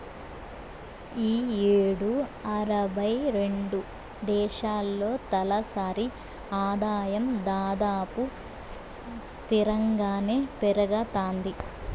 ఈ యేడు అరవై రెండు దేశాల్లో తలసరి ఆదాయం దాదాపు స్తిరంగానే పెరగతాంది